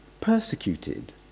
persecuted